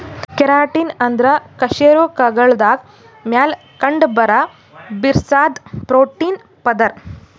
keratin ಅಂದ್ರ ಕಶೇರುಕಗಳ್ದಾಗ ಮ್ಯಾಲ್ ಕಂಡಬರಾ ಬಿರ್ಸಾದ್ ಪ್ರೋಟೀನ್ ಪದರ್